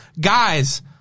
Guys